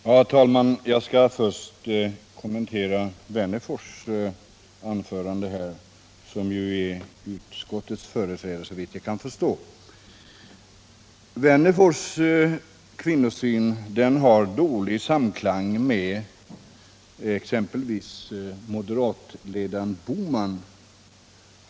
Herr talman! Jag skall först kommentera anförandet av Wennerfors, som såvitt jag förstår är utskottets företrädare. Wennerfors kvinnosyn står i dålig samklang med den som representeras av exempelvis moderatledaren Bohman.